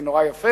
זה נורא יפה,